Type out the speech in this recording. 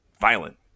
violent